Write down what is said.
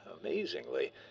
amazingly